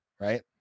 right